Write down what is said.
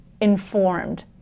informed